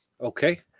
Okay